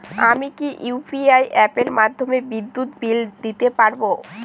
আমি কি ইউ.পি.আই অ্যাপের মাধ্যমে বিদ্যুৎ বিল দিতে পারবো কি?